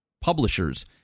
publishers